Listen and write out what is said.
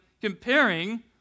comparing